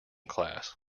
class